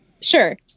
sure